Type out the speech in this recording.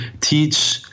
teach